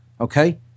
Okay